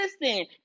Listen